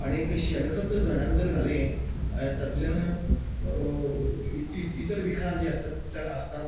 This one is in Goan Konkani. आनीक शेणखत झाडांक जर घाले तातूंतल्यान इतर विखार जे आसतात आसतात